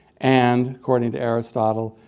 and, according to aristotle,